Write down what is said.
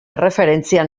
erreferentzia